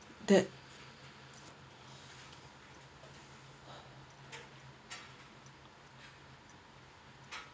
that